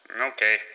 Okay